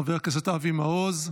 חבר הכנסת אבי מעוז,